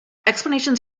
explanations